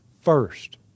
first